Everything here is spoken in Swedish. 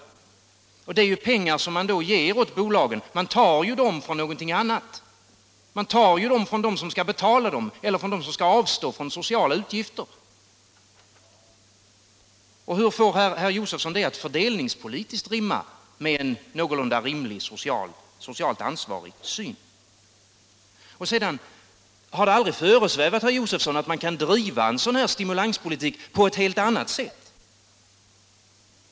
De pengar som man på detta sätt ger bolagen tar man från någonting annat, från dem som skall betala dem eller dem som skall avstå från sociala förmåner. Hur får herr Josefson det att stämma med en någorlunda rimlig socialt ansvarig syn på fördelningspolitiken? Har det aldrig föresvävat herr Josefson att man kan driva en stimulanspolitik på ett helt annat sätt?